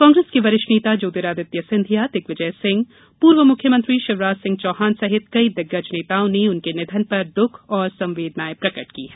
कांग्रेस के वरिष्ठ नेता ज्योतिरादित्य सिंधिया दिग्विजय सिंह पूर्व मुख्यमंत्री शिवराज सिंह चौहान सहित कई दिग्गज नेताओं ने उनके निधन पर दुःख और संवेदनाए प्रकट की हैं